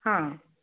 ହଁ